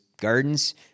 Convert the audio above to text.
gardens